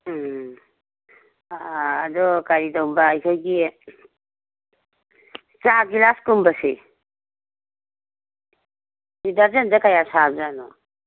ꯎꯝ ꯑꯗꯣ ꯀꯔꯤꯒꯨꯝꯕ ꯑꯩꯈꯣꯏꯒꯤ ꯆꯥ ꯒꯤꯂꯥꯁꯀꯨꯝꯕꯁꯤ ꯁꯤ ꯗ꯭ꯔꯖꯟꯗ ꯀꯌꯥ ꯁꯥꯕ ꯖꯥꯠꯅꯣ